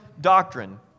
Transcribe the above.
doctrine